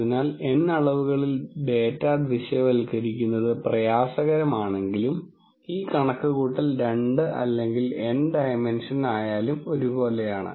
അതിനാൽ N അളവുകളിൽ data ദൃശ്യവൽക്കരിക്കുന്നത് പ്രയാസകരമാണെങ്കിലും ഈ കണക്കുകൂട്ടൽ രണ്ട് അല്ലെങ്കിൽ N ഡയമെൻഷൻ ആയാലും ഒരുപോലെയാണ്